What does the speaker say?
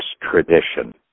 tradition